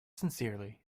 sincerely